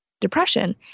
depression